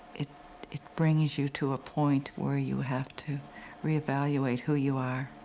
it it brings you to a point where you have to re-evaluate who you are